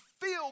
feel